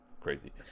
crazy